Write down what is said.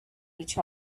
each